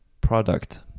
product